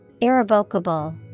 Irrevocable